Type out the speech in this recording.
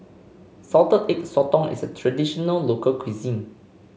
Salted Egg Sotong is a traditional local cuisine